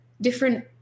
different